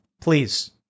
please